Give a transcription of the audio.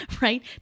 right